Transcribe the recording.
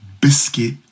biscuit